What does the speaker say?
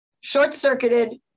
short-circuited